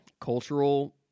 cultural